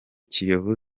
kiyovu